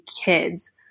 kids